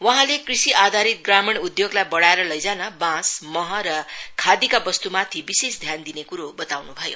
वहाँले कृषि आधारित ग्रामीण उद्योगलाई बढ़ाएर लैजान बाँस मह र खादीका वस्तुमाथि विशेष ध्यान दिने कुरो बताउनु भयो